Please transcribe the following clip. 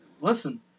listen